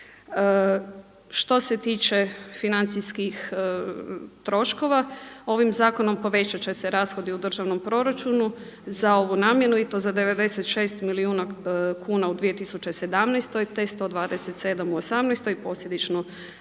Što se tiče financijskih troškova ovim zakonom povećat će se rashodi u državnom proračunu za ovu namjenu i to za 96 milijuna kuna u 2017. te 127 u osamnaestoj i posljedično